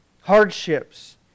hardships